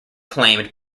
claimed